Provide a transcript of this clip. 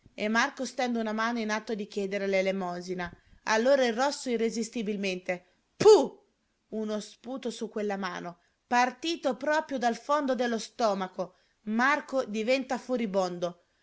e marco stende una mano in atto di chiedere l'elemosina allora il rosso irresistibilmente puh uno sputo su quella mano partito proprio dal fondo dello stomaco marco diventa furibondo